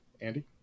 Andy